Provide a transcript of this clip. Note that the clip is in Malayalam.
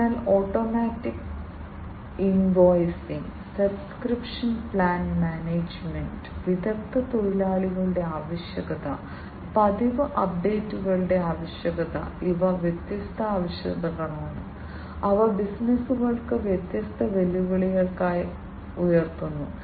അതിനാൽ automatic invoicing subscription plan management വിദഗ്ദ്ധ തൊഴിലാളികളുടെ ആവശ്യകത പതിവ് അപ്ഡേറ്റുകളുടെ ആവശ്യകത ഇവ വ്യത്യസ്ത ആവശ്യകതകളാണ് അവ ബിസിനസുകൾക്ക് വ്യത്യസ്ത വെല്ലുവിളികളായി ഉയർത്തുന്നു